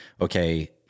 okay